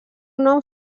nom